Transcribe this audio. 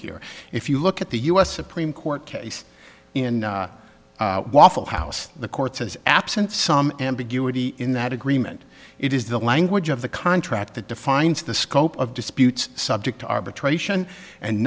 here if you look at the us supreme court case in waffle house the court says absent some ambiguity in that agreement it is the language of the contract that defines the scope of disputes subject to arbitration and